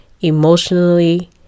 emotionally